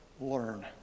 learn